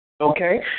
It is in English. Okay